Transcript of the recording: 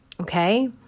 Okay